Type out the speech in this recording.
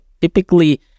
typically